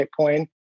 Bitcoin